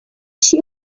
she